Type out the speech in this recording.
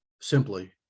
simply